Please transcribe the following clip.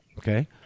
Okay